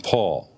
Paul